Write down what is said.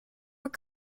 were